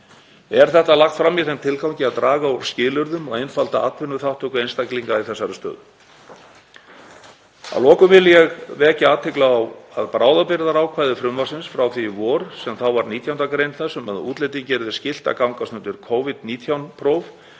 Er þetta lagt fram í þeim tilgangi að draga úr skilyrðum og einfalda atvinnuþátttöku einstaklinga í þessari stöðu. Að lokum vil ég vekja athygli á að bráðabirgðaákvæði frumvarpsins frá því í vor, sem þá var 19. gr. þess, um að útlendingi yrði skylt að gangast undir Covid-19 próf